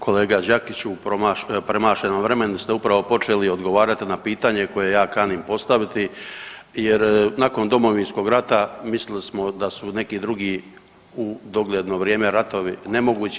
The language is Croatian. Kolega Đakiću u premašenom vremenu ste upravo počeli odgovarati na pitanje koje ja kanim postaviti, jer nakon Domovinskog rata mislili smo da su neki drugi u dogledno vrijeme ratovi nemogući.